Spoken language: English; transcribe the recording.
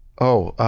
oh, ah,